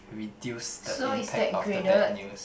reduce the impact of the bad news